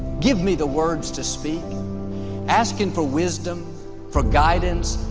give me the words to speak asking for wisdom for guidance.